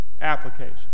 application